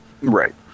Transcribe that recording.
Right